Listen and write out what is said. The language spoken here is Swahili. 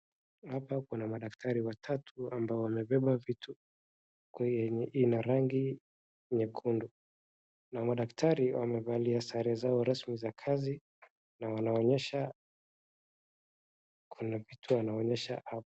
Hapa kuna madaktari watatu ambao wamebeba vitu kwa yenye ina rangi nyekundu na madaktari wamevalia sare zao rasmi za kazi na wanaonyesha kuna picha wanaonyesha hapa.